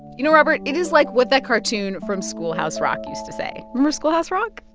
you know, robert, it is like what that cartoon from schoolhouse rock! used to say. remember schoolhouse rock?